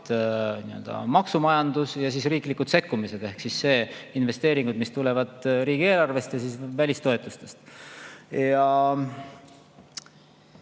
maksumajandus ja riiklikud sekkumised ehk investeeringud, mis tulevad riigieelarvest ja välistoetustest.